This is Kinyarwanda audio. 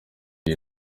iyi